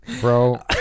Bro